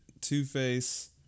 Two-Face